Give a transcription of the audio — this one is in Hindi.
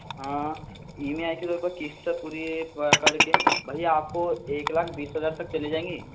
हाँ ई एम आई के तौर पर किश्त पूरी पकड़ के भैया आपको एक लाख बीस हज़ार तक चली जायेगी